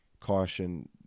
caution